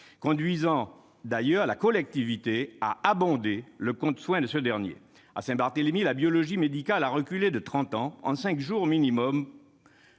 conduisant d'ailleurs la collectivité à abonder le compte soins de ce dernier. À Saint-Barthélemy, la biologie médicale a reculé de trente ans- il faut cinq jours minimum